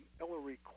Ellery